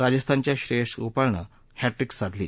राजस्थानच्या श्रेयस गोपाळनं हॅटट्रीक साधली